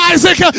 Isaac